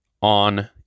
on